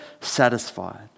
satisfied